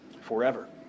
forever